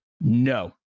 no